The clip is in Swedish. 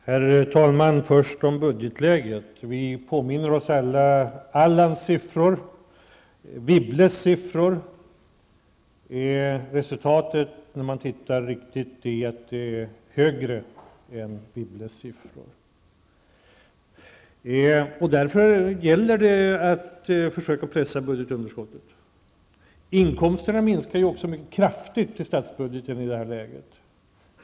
Herr talman! Först tar jag upp budgetläget. Vi påminner oss alla Allan Larssons och Anne Wibbles siffror. Resultatet är högre än Wibbles siffror. Därför gäller det att försöka pressa ned budgetunderskottet. Inkomsterna till statsbudgeten minskar också kraftigt i det här läget.